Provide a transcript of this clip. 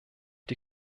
die